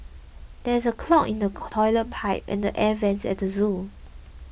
there is a clog in the Toilet Pipe and Air Vents at zoo